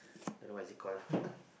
don't know what is it call ah